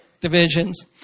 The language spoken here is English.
Divisions